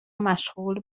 مشغول